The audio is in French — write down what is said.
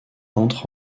entre